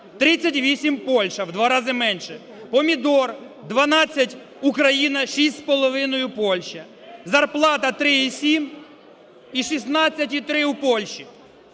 38 - Польща. В два рази менше. Помідор - 12 Україна, 6,5 - Польща. Зарплата - 3,7 і 16,3- у Польщі.